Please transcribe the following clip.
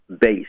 base